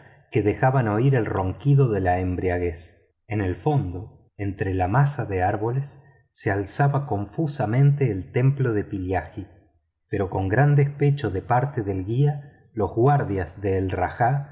que dejaban oír el ronquido de la embriaguez en el fondo entre las masas de árboles se alzaba confusamente el templo de pillaji pero con gran despecho de parte del guía los guardias del rajá